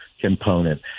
component